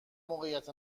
موقعیت